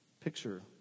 picture